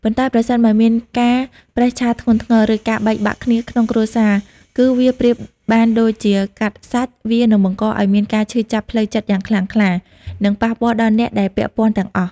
ប៉ុន្តែ ប្រសិនបើមានការប្រេះឆាធ្ងន់ធ្ងរ ឬការបែកបាក់គ្នាក្នុងគ្រួសារ គឺវាប្រៀបបានដូចជា កាត់សាច់ វានឹងបង្កឲ្យមានការឈឺចាប់ផ្លូវចិត្តយ៉ាងខ្លាំងក្លា និងប៉ះពាល់ដល់អ្នកដែលពាក់ព័ន្ធទាំងអស់។